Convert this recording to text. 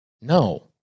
No